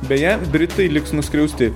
beje britai liks nuskriausti